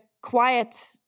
quiet